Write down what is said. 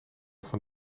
van